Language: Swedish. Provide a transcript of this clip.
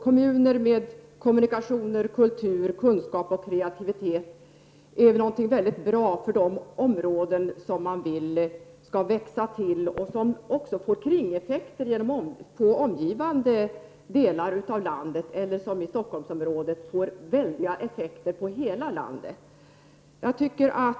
Kommuner med kommunikationer, kultur, kunskap och kreativitet är bra för de områden som man vill skall växa till. Det får också kringeffekter på omgivande delar av landet eller, som i Stockholmsområdets fall, på hela landet.